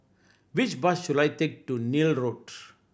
which bus should I take to Neil Road